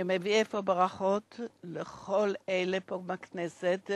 אני מביא אפוא ברכות לחברי הכנסת,